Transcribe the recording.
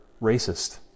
racist